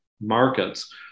markets